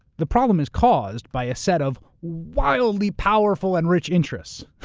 the problem is caused by a set of wildly powerful and rich interests,